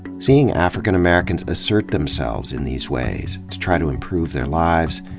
seeing african americans assert themselves in these ways, to try to improve their lives,